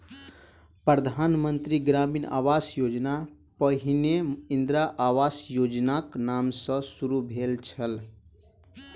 प्रधान मंत्री ग्रामीण आवास योजना पहिने इंदिरा आवास योजनाक नाम सॅ शुरू भेल छल